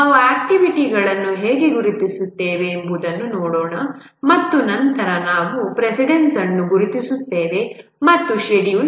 ನಾವು ಆಕ್ಟಿವಿಟಿಗಳನ್ನು ಹೇಗೆ ಗುರುತಿಸುತ್ತೇವೆ ಎಂಬುದನ್ನು ನೋಡೋಣ ಮತ್ತು ನಂತರ ನಾವು ಪ್ರೆಸಿಡೆನ್ಸ ಅನ್ನು ಗುರುತಿಸುತ್ತೇವೆ ಮತ್ತು ಷೆಡ್ಯೂಲ್